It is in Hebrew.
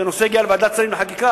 כשהנושא הגיע לוועדת השרים לחקיקה,